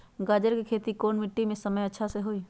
गाजर के खेती कौन मिट्टी पर समय अच्छा से होई?